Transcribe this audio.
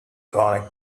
gonna